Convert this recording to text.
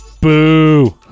Boo